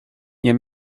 nie